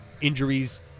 Injuries